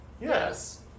Yes